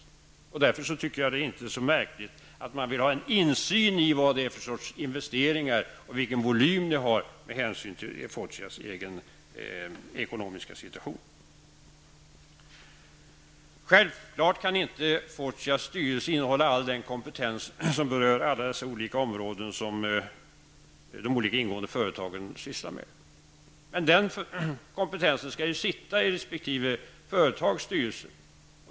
Jag tycker därför inte att det är så märkligt att man, med hänsyn till Fortias egen ekonomiska situation, vill ha en insyn i vilka investeringar det gäller och vilken volym de har. Självfallet kan inte Fortias styrelse innehålla all den kompetens som behövs på alla de områden som de olika ingående företagen sysslar med. Men den kompetensen skall ju finnas i resp. företags styrelser.